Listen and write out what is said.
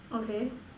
okay